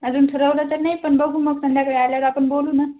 अजून ठरवलं तर नाही पण बघू मग संध्याकाळी आल्यावर आपण बोलू ना